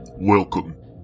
Welcome